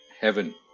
heaven